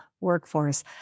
Workforce